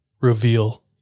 reveal